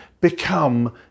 become